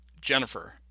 Jennifer